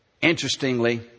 Interestingly